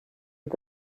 est